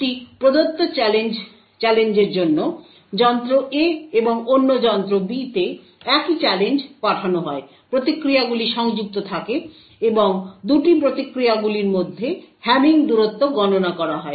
একটি প্রদত্ত চ্যালেঞ্জের জন্য যন্ত্র A এবং অন্য যন্ত্র B তে একই চ্যালেঞ্জ পাঠানো হয় প্রতিক্রিয়াগুলি সংযুক্ত থাকে এবং 2টি প্রতিক্রিয়াগুলির মধ্যে হ্যামিং দূরত্ব গণনা করা হয়